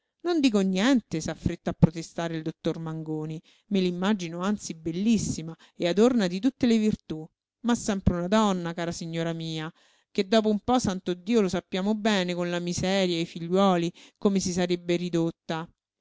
non dico niente s'affretta a protestare il dottor mangoni me l'immagino anzi bellissima e adorna di tutte le virtú ma sempre una donna cara signora mia che dopo un po santo dio lo sappiamo bene con la miseria e i figliuoli come si sarebbe ridotta